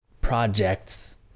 projects